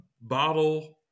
bottle